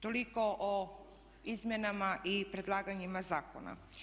Toliko o izmjenama i predlaganjima zakona.